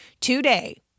today